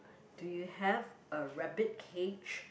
do you have a rabbit cage